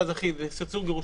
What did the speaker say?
סכסוך גירושין,